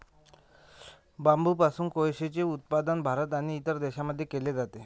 बांबूपासून कोळसेचे उत्पादन भारत आणि इतर देशांमध्ये केले जाते